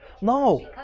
No